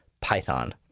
Python